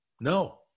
No